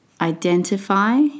identify